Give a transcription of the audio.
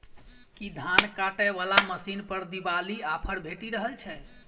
की धान काटय वला मशीन पर दिवाली ऑफर भेटि रहल छै?